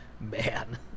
man